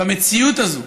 במציאות הזו,